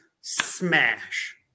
smash